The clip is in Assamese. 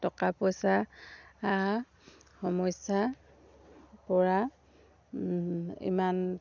টকা পইচা সমস্যা পৰা ইমান